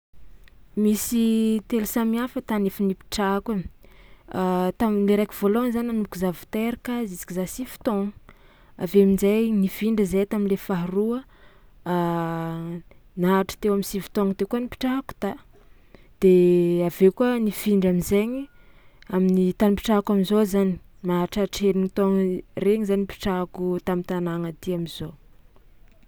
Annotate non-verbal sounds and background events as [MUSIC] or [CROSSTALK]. Misy telo samy hafa tany efa nipetrahako, [HESITATION] tam'le raiky voalohany za nanomboko za vao teraka juska za sivy taogno avy eo amin-jay nifindra zahay tam'le faharoa [HESITATION] naharitra teo am'sivy taogno teo koa nipetrahako ta de avy eo koa nifindra am'izaigny amin'ny tany ipetrahako am'zao zany maharitraritra herintaogna i- regny zany nipetrahako tam'tanàgna aty am'zao.